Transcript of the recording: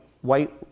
white